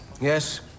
Yes